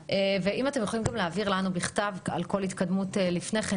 ואם אתם יכולים גם להעביר לנו בכתב על כל התקדמות לפני כן,